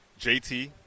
JT